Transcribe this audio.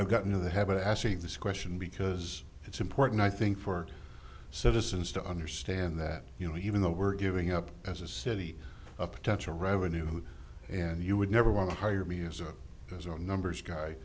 i got into the habit of asking this question because it's important i think for citizens to understand that you know even though we're giving up as a city of potential revenue and you would never want to hire me as a as our numbers guy